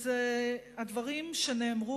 הדברים שנאמרו,